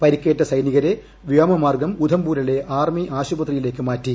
പരിക്കേറ്റ സൈനികരെ വ്യോമമാർഗ്ഗം ഉധംപൂരിലെ ആർമി ആശുപത്രിയിലേക്ക് മാറ്റി